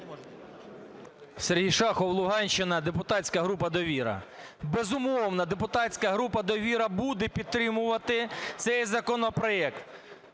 Сергій Шахов, Луганщина, депутатська група "Довіра". Безумовно, депутатська група "Довіра" буде підтримувати цей законопроект.